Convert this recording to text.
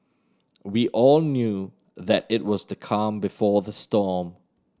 we all knew that it was the calm before the storm